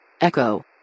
Echo